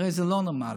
הרי זה לא נורמלי.